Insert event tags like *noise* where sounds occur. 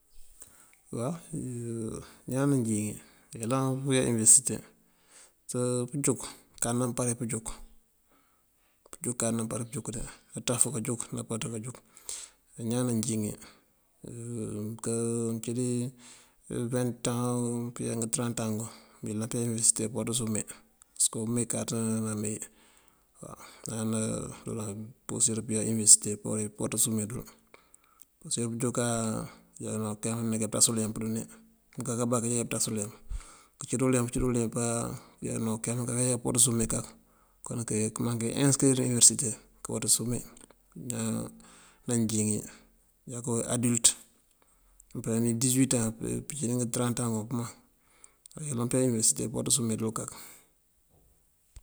Waw ñaan najín ngí mëyëlan pëyá iniverësite *hesitation* pëjúk, káţ namëmpari pëjúk. Pëjúk káţ namëmpari pëjúk de naţaf kajúk, nampaţ kajúk. Á ñaan najín ngí *hesitation* mëncí dí ventaŋ pëyá ngëntërantaŋ ngun duŋ mënyëlan pëyá iniverësite pëwatës umee dul pasëk umee káţ namee yí waw. Ñaan napurir pëyá univerësite pëwatës umee dul. Ucí mënjúk áa këjá keeyin mayá pëţas uleemp dune mënká kabak këjá iyá pëţas uleemp. Këcí ţí uleemp këcí ţí uleemp áa këjá no keeyin mankaka yá pëwatës umee kak. Këmaŋ kayá ensëkërir dí iniverësite këwatës umee. Ñaan najín ngí já koon adilët nampeelaní disëwitan pëcí dí ngëtërantaŋ nguŋ pëmaŋ ayëlan pëyá iniverësite pëwatës umee dul kak.